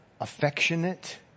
affectionate